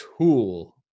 tool